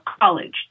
college